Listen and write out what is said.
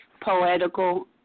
Poetical